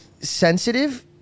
sensitive